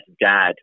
dad